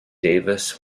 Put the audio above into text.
davis